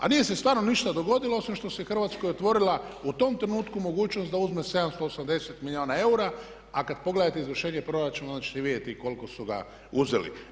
A nije se stvarno ništa dogodilo osim što se Hrvatskoj otvorila u tom trenutku mogućnost da uzme 780 milijuna eura a kada pogledate izvršenje proračuna onda ćete vidjeti i koliko su ga uzeli.